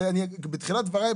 בתחילת דבריי,